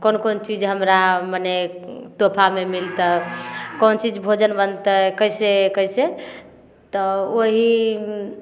कोन कोन चीज हमरा मने तोफामे मिलतै कोन चीज भोजन बनतै कैसे कैसे तऽ ओहि